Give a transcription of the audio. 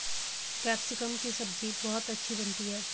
capsicum की सब्जी बहुत अच्छी बनती है